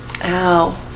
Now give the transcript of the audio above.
Ow